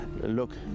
look